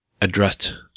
addressed